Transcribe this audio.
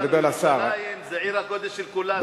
ירושלים זה עיר הקודש של כולנו,